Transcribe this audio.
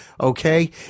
okay